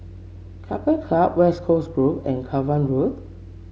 Keppel Club West Coast Grove and Cavan Road